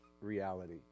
reality